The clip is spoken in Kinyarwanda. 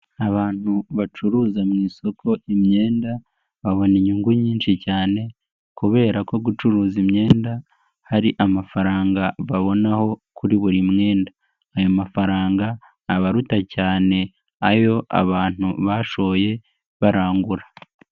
Abantu bacuruza mu isoko imyenda. Babona inyungu nyinshi cyane kubera ko gucuruza imyenda hari amafaranga babonaho kuri buri mwenda. Ayo mafaranga aba aruta cyane, ayo abantu bashoye barangura.